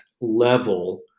level